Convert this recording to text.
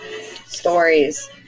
stories